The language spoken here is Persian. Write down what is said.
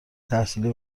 تحصیلی